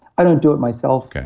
i don't do it myself,